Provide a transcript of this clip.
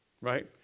right